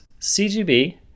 CGB